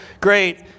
great